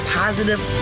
positive